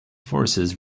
forces